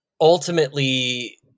ultimately